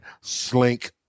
Slink